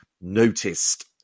noticed